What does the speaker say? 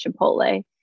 Chipotle